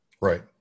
Right